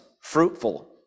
fruitful